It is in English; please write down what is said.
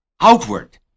outward